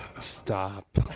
Stop